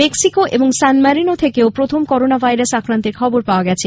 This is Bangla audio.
মেক্সিকো এবং সান মেরিনো থেকেও প্রথম করোনা ভাইরাস আক্রান্তের খবর পাওয়া গেছে